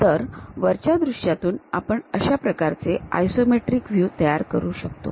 तर वरच्या दृश्यातून आपण अशा प्रकारे आयसोमेट्रिक व्ह्यू तयार करू शकतो